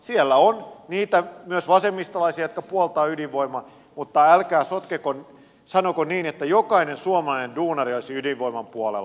siellä on niitä myös vasemmistolaisia jotka puoltavat ydinvoimaa mutta älkää sanoko niin että jokainen suomalainen duunari olisi ydinvoiman puolella